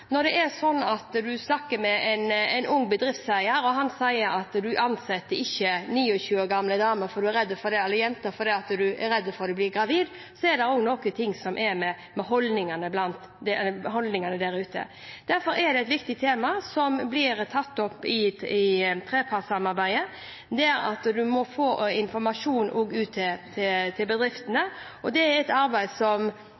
Når du snakker med en ung bedriftseier og han sier at du ansetter ikke 29 år gamle damer/jenter fordi du er redd for at de blir gravide, er det også noe med holdningene der ute. Derfor er det et viktig tema, som blir tatt opp i trepartssamarbeidet, at en må få informasjon ut til bedriftene. Det er et arbeid som